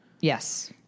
Yes